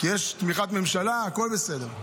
כי יש תמיכת ממשלה והכול בסדר.